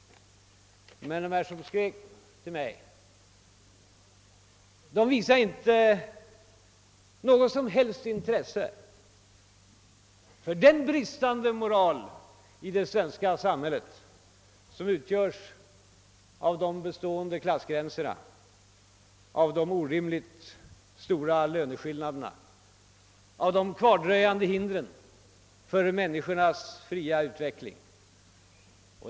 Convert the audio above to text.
Men de riksdagsledamöter som skrev till mig visar inte något som helst intresse för den bristande moral i det svenska samhället som utgörs av de bestående klassgränserna, av de orimligt stora löneskillnaderna och av de kvardröjande hindren för människornas fria utveckling.